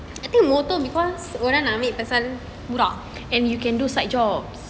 and you can do side jobs